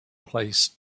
place